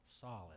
Solid